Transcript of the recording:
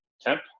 temp